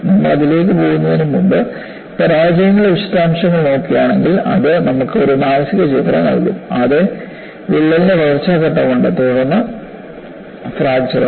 നമ്മൾ അതിലേക്ക് പോകുന്നതിനുമുമ്പ് പരാജയങ്ങളുടെ വിശദാംശങ്ങൾ നോക്കുകയാണെങ്കിൽ അത് നമുക്ക് ഒരു മാനസിക ചിത്രം നൽകും അതെ വിള്ളലിന്റെ വളർച്ചാ ഘട്ടമുണ്ട് തുടർന്ന് ഫ്രാക്ചറും